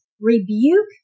Rebuke